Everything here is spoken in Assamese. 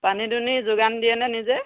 পানী দুনি যোগান দিয়ে নে নিজে